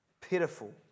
pitiful